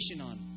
on